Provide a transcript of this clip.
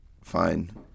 fine